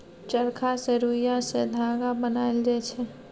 चरखा सँ रुइया सँ धागा बनाएल जाइ छै